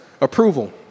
approval